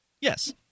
Yes